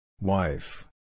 Wife